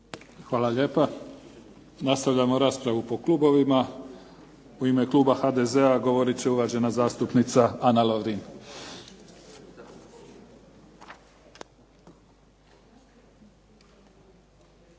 Hvala lijepa. Nastavljamo raspravu po klubovima. U ime kluba HDZ-a govorit će uvažena zastupnica Ana Lovrin.